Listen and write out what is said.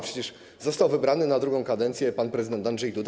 Przecież został wybrany na drugą kadencję pan prezydent Andrzej Duda.